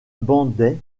bandai